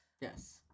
Yes